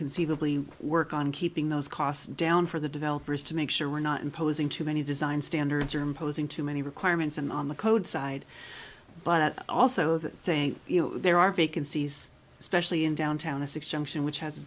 conceivably work on keeping those costs down for the developers to make sure we're not imposing too many design standards or imposing too many requirements and on the code side but also that saying you know there are vacancies especially in downtown